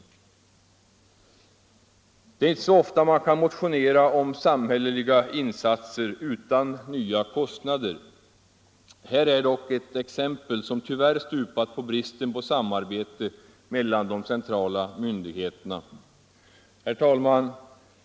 Det är inte så ofta man kan motionera om samhälleliga insatser utan nya kostnader. Här är dock ett exempel, som tyvärr stupat på bristen på samarbete mellan de centrala myndigheterna. Herr talman!